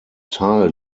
teil